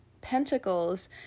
Pentacles